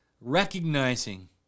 recognizing